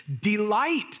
Delight